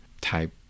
type